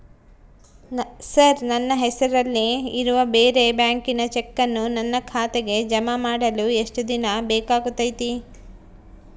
Sir ನನ್ನ ಹೆಸರಲ್ಲಿ ಇರುವ ಬೇರೆ ಬ್ಯಾಂಕಿನ ಚೆಕ್ಕನ್ನು ನನ್ನ ಖಾತೆಗೆ ಜಮಾ ಮಾಡಲು ಎಷ್ಟು ದಿನ ಬೇಕಾಗುತೈತಿ?